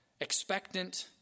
expectant